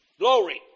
Glory